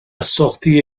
sortie